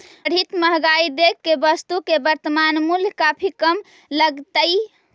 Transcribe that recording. बढ़ित महंगाई देख के वस्तु के वर्तनमान मूल्य काफी कम लगतइ